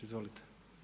Izvolite.